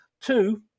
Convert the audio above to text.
Two